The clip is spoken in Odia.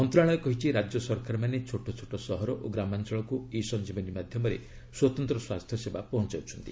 ମନ୍ତ୍ରଣାଳୟ କହିଛି ରାଜ୍ୟ ସରକାରମାନେ ଛୋଟ ଛୋଟ ସହର ଓ ଗ୍ରାମାଞ୍ଚଳକୁ ଇ ସଞ୍ଜିବନୀ ମାଧ୍ୟମରେ ସ୍ୱତନ୍ତ୍ର ସ୍ୱାସ୍ଥ୍ୟ ସେବା ପହଞ୍ଚାଉଛନ୍ତି